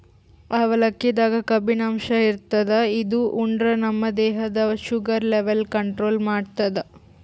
ಅವಲಕ್ಕಿದಾಗ್ ಕಬ್ಬಿನಾಂಶ ಇರ್ತದ್ ಇದು ಉಂಡ್ರ ನಮ್ ದೇಹದ್ದ್ ಶುಗರ್ ಲೆವೆಲ್ ಕಂಟ್ರೋಲ್ ಮಾಡ್ತದ್